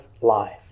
life